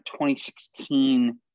2016